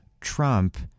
Trump